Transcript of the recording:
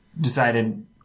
decided